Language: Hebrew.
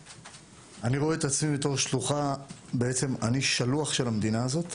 אני רואה את עצמי כשלוח של המדינה הזאת,